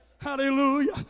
Hallelujah